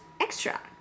extra